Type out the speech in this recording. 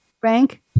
Frank